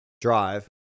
drive